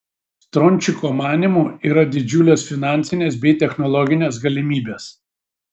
strončiko manymu yra didžiulės finansinės bei technologinės galimybės